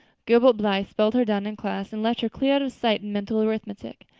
gilbert blythe spelled her down in class and left her clear out of sight in mental arithmetic.